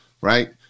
right